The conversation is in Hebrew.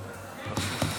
גברתי השרה.